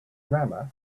grammar